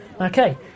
Okay